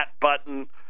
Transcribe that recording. button